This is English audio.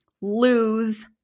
lose